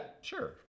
sure